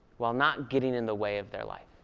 while not getting in the way of their life?